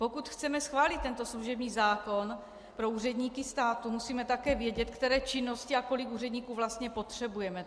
Pokud chceme schválit tento služební zákon pro úředníky státu, musíme také vědět, které činnosti a kolik úředníků vlastně potřebujeme.